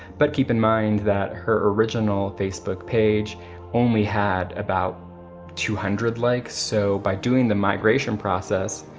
but keep in mind that her original facebook page only had about two hundred likes. so by doing the migration process,